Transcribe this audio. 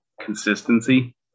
consistency